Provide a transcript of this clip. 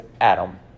Adam